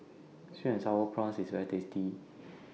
Sweet and Sour Prawns IS very tasty